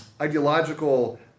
ideological